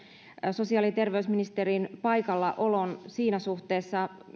sosiaali ja terveysministerin paikallaolon siinä suhteessa